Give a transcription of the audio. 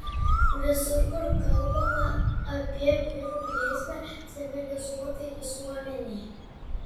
visur kur kalbama apie vyrų grėsmę civilizuotai visuomenei